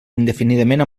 indefinidament